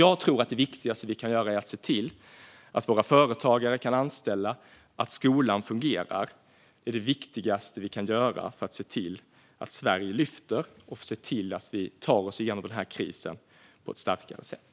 Jag tror att det viktigaste vi kan göra är att se till att våra företagare kan anställa och att skolan fungerar för att Sverige ska lyfta så att vi tar oss igenom den här krisen på ett starkare sätt.